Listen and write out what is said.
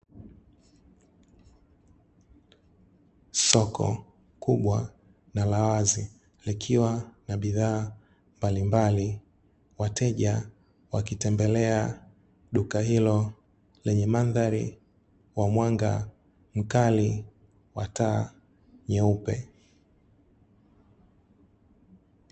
Soko kubwa na la wazi likiwa na bidhaa mbalimbali, wateja wakitembelea duka hilo lenye mandhari wa mwanga mkali wa taa nyeupe.